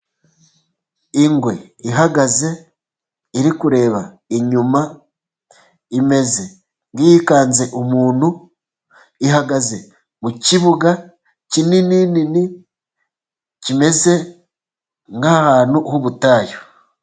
Ingwe ihagaze iri kureba inyuma, imeze nk'iyikanze umuntu, ihagaze mu kibuga kinini kimeze nk'ahantu h'ubutayu.